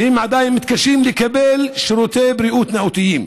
והם עדיין מתקשים לקבל שירותי בריאות נאותים.